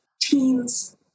teens